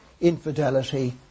infidelity